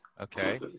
Okay